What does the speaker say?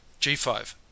G5